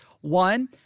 One